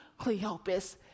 Cleopas